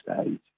stage